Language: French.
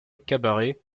cabaret